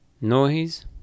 Noise